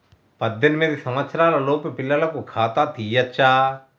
పద్దెనిమిది సంవత్సరాలలోపు పిల్లలకు ఖాతా తీయచ్చా?